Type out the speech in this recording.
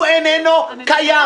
הוא איננו קיים?